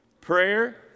prayer